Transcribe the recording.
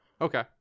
Okay